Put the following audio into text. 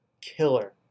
killer